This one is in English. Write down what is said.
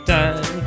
time